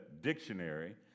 dictionary